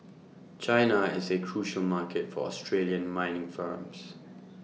China is A crucial market for Australian mining firms